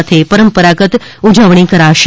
સાથે પરંપરાગત ઉજવણી કરાશે